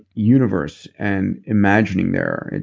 universe, and imagining their.